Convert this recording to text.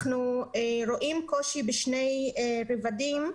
אנחנו רואים קושי בשני רבדים: